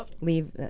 leave